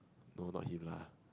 no not him lah